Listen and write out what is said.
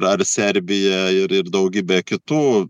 ar serbija ir ir daugybė kitų